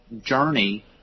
journey